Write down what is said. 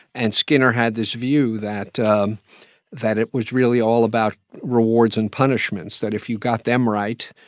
and skinner had this view that um that it was really all about rewards and punishments, that if you got them right,